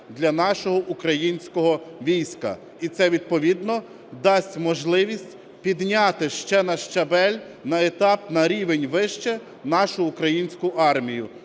для нашого українського війська. І це відповідно дасть можливість підняти ще на щабель, на етап, на рівень вище нашу українську армію.